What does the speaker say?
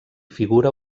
figura